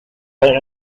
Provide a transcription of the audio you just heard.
been